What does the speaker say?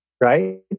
right